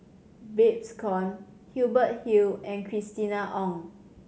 Babes Conde Hubert Hill and Christina Ong